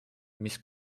mis